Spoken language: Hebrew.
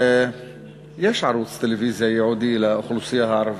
יש ערוץ טלוויזיה ייעודי לאוכלוסייה הערבית,